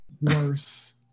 Worse